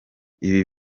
ibi